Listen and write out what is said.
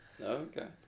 okay